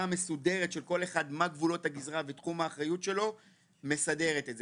המסודרת של כל אחד מה גבולות הגזרה ותחום האחריות שלו מסדרת את זה.